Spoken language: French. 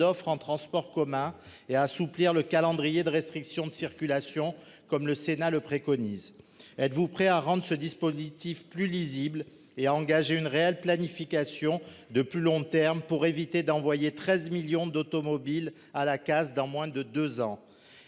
d'offre en transports communs et assouplir le calendrier de restriction de circulation comme le Sénat le préconise, êtes-vous prêt à rendre ce dispositif plus lisible et à engager une réelle planification de plus long terme pour éviter d'envoyer 13 millions d'automobiles à la casse dans moins de 2 ans.